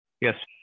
yes